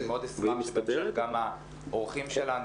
אני מאוד אשמח שגם האורחים שלנו